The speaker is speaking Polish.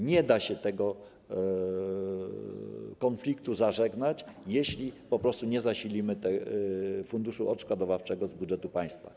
Nie da się tego konfliktu zażegnać, jeśli nie zasilimy funduszu odszkodowawczego z budżetu państwa.